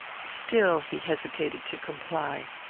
still he hesitated to comply.